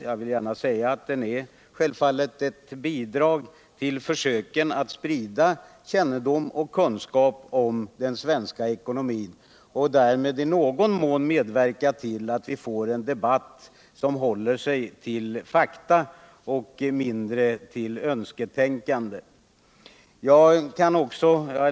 Jag vill gärna säga att den självfallet utgör ett bidrag till försöken att sprida kunskap och kännedom om den svenska ekonomin. Därmed har den i någon mån medverkat till att vi får en debatt som håller sig till fakta och mindre till önsketänkande.